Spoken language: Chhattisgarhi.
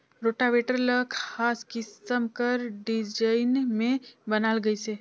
रोटावेटर ल खास किसम कर डिजईन में बनाल गइसे